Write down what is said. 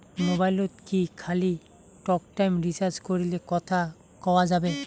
মোবাইলত কি খালি টকটাইম রিচার্জ করিলে কথা কয়া যাবে?